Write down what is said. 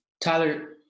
Tyler